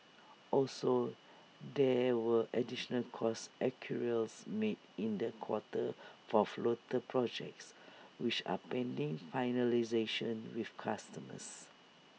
also there were additional cost accruals made in the quarter for floater projects which are pending finalisation with customers